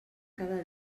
cada